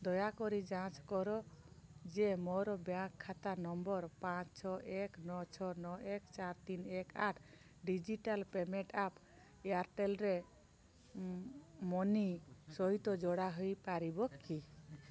ଦୟାକରି ଯାଞ୍ଚ କର ଯେ ମୋର ବ୍ୟାଙ୍କ୍ ଖାତା ନମ୍ବର୍ ପାଞ୍ଚ ଛଅ ଏକ ନଅ ଛଅ ନଅ ଏକ ଚାରି ତିନ ଏକ ଆଠ ଡିଜିଟାଲ୍ ପେମେଣ୍ଟ୍ ଆପ୍ ଏୟାର୍ଟେଲ୍ରେ ମନି ସହିତ ଯୋଡ଼ା ହୋଇପାରିବ କି